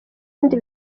ubundi